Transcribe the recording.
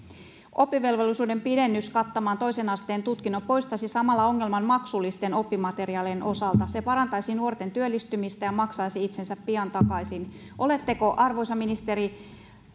oppivelvollisuuden pidennys kattamaan toisen asteen tutkinto poistaisi samalla ongelman maksullisten oppimateriaalien osalta se parantaisi nuorten työllistymistä ja maksaisi itsensä pian takaisin oletteko arvoisa ministeri